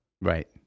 Right